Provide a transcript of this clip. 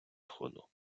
сходу